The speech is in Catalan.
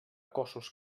cossos